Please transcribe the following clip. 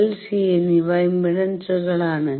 L C എന്നിവ ഇംപെഡൻസുകളാണ്